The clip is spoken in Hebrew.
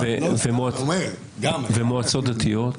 ומועצות דתיות?